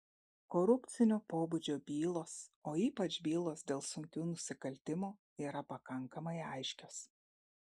korupcinio pobūdžio bylos o ypač bylos dėl sunkių nusikaltimų yra pakankamai aiškios